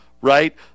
right